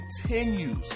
continues